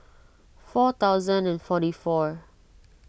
four thousand and forty four